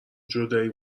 جدایی